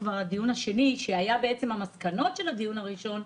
הדיון השני שהיה בעצם המסקנות של הדיון הראשון,